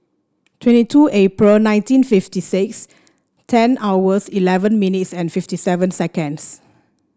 twenty two April nineteen fifty six ten hours eleven minutes and fifty seven seconds